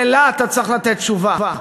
ועליה אתה צריך לתת תשובה.